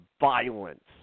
violence